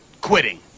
quitting